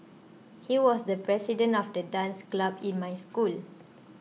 he was the president of the dance club in my school